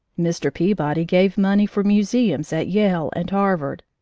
mr. peabody gave money for museums at yale and harvard,